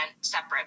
separate